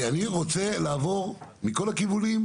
אני רוצה לעבור מכל הכיוונים,